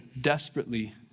desperately